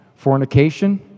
Fornication